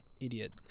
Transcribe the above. Idiot